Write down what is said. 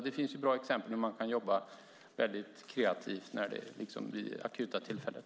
Det finns bra exempel på hur man kan jobba kreativt vid akuta tillfällen.